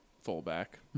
Fullback